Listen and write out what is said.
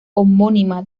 homónima